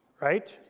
right